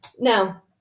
Now